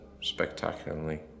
spectacularly